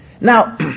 Now